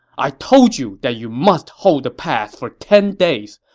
i told you that you must hold the pass for ten days.